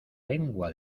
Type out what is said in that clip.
lengua